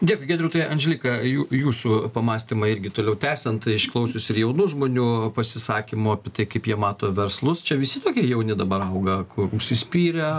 dėkui giedriau tai andželika jū jūsų pamąstymai irgi toliau tęsiant išklausius ir jaunų žmonių pasisakymų apie tai kaip jie mato verslus čia visi tokie jauni dabar auga kur užsispyrę